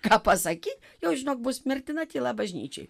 ką pasakyt jo žinok bus mirtina tyla bažnyčioj